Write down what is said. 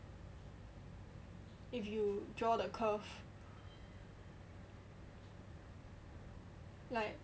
if you draw the curve